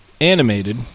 animated